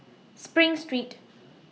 SPRING Street